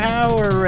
Power